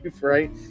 right